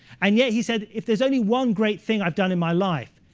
and yet, he said, if there's only one great thing i've done in my life,